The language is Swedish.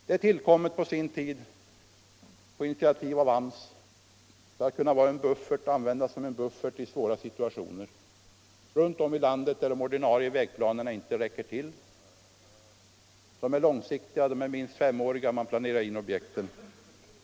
Det tillkom på sin tid på initiativ av AMS för att användas som buffert i svåra situationer runt om i landet, där de ordinarie vägplanerna inte räcker till. Dessa är långsiktiga, de omfattar minst femåriga objekt.